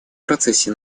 процессе